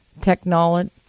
technology